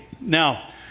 Now